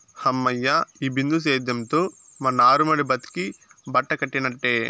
హమ్మయ్య, ఈ బిందు సేద్యంతో మా నారుమడి బతికి బట్టకట్టినట్టే